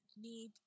need